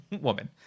woman